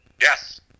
Yes